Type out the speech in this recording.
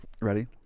Ready